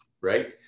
right